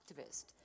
activist